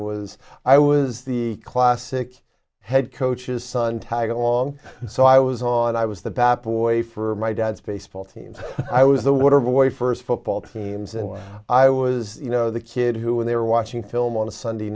was i was the classic head coach's son tag along so i was on i was the back way for my dad's baseball team i was the water boy first football teams and i was you know the kid who when they were watching film on a sunday